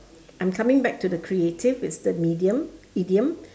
I'm coming back to the creative it's the medium idiom